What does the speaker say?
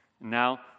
Now